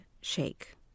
shake